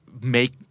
make